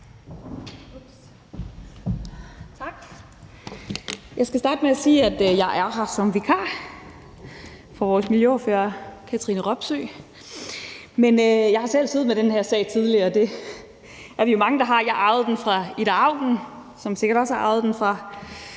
Jeg skal starte med at sige, at jeg er her som vikar for vores miljøordfører, Katrine Robsøe. Men jeg har selv siddet med den her sag tidligere; det er vi jo mange der har. Jeg arvede den fra Ida Auken, som sikkert også har arvet den fra